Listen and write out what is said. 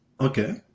Okay